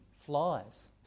flies